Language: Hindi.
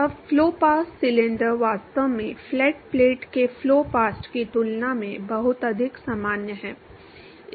अब फ्लो पास्ट सिलेंडर वास्तव में फ्लैट प्लेट के फ्लो पास्ट की तुलना में बहुत अधिक सामान्य है